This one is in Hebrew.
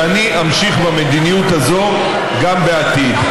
ואני אמשיך במדיניות הזאת גם בעתיד.